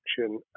action